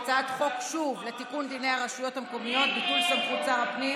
הצעת חוק לתיקון דיני הרשויות המקומיות (ביטול סמכות שר הפנים